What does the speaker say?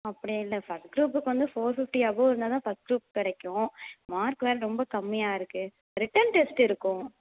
அப்படி இல்லை ஃபர்ஸ்ட் க்ரூப்புக்கு வந்து ஃபோர் ஃபிஃப்டி அபோவ் இருந்தால் தான் ஃபர்ஸ்ட் க்ரூப் கிடைக்கும் மார்க் வேறு ரொம்ப கம்மியாக இருக்கு ரிட்டர்ன் டெஸ்ட்டு இருக்கும்